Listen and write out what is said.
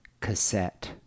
cassette